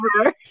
over